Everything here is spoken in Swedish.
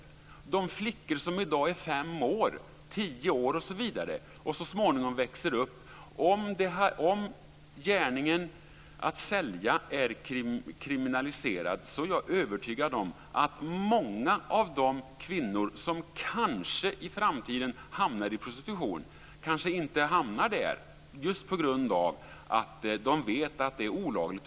Det handlar om de flickor som i dag är fem år, tio år osv. och som så småningom växer upp. Om gärningen att sälja är kriminaliserad är jag övertygad om att många av de kvinnor som annars skulle hamna i prostitution i framtiden inte gör det, just på grund av att de vet att det är olagligt.